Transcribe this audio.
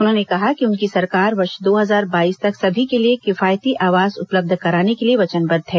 उन्होंने कहा कि उनकी सरकार वर्ष दो हजार बाईस तक सभी के लिए किफायती आवास उपलब्ध कराने के लिए वचनबद्ध है